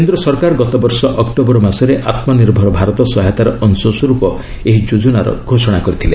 କେନ୍ଦ୍ର ସରକାର ଗତବର୍ଷ ଅକ୍ଟୋବର ମାସରେ ଆତ୍ମନିର୍ଭର ଭାରତ ସହାୟତାର ଅଂଶସ୍ୱରୂପ ଏହି ଯୋକ୍ତନାର ଘୋଷଣା କରିଥିଲେ